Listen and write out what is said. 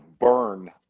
burn